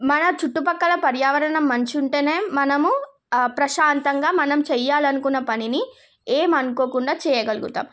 మన చుట్టు ప్రక్కల పర్యావరణం మంచి ఉంటేనే మనము ప్రశాంతంగా మనం చెయ్యాలనుకున్న పనిని ఏం అనుకోకుండా చేయగలుగుతాము